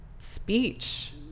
speech